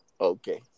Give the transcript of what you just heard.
Okay